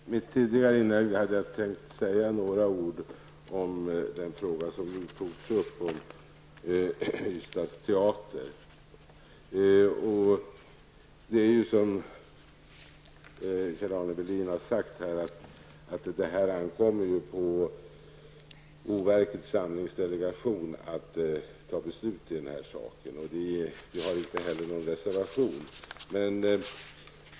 Fru talman! I mitt tidigare inlägg hade jag tänkt säga några ord om den fråga som nu togs upp, Ystads Teater. Som Kjell-Arne Welin sade ankommer det på boverkets delegation om samlingslokaler att besluta i denna sak. Folkpartiet har inte heller lämnat någon reservation.